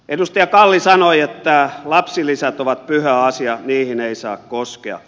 edustaja kalli sanoi että lapsilisät ovat pyhä asia niihin ei saa koskea